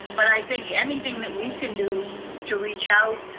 but i think anything that we can do to reach out,